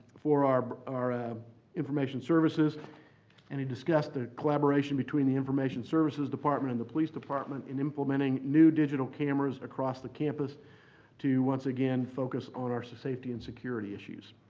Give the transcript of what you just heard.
for our our ah um information services and he discussed a collaboration between the information services department and the police department in implementing new digital cameras across the campus to once again focus on our so safety and security issues.